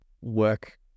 work